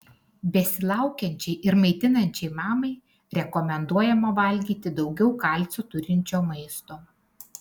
besilaukiančiai ir maitinančiai mamai rekomenduojama valgyti daugiau kalcio turinčio maisto